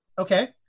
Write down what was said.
Okay